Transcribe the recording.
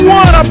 one